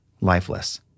lifeless